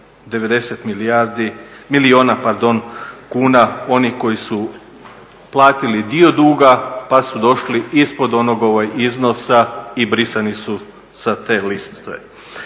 500 milijardi i negdje 290 milijuna kuna onih koji su platili dio duga pa su došli ispod onog iznosa i brisani su sa te liste.